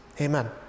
amen